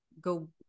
go